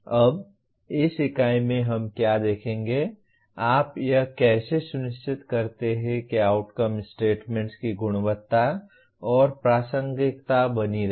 अब इस इकाई में हम क्या देखेंगे आप यह कैसे सुनिश्चित करते हैं कि आउटकम स्टेटमेंट्स की गुणवत्ता और प्रासंगिकता बनी रहे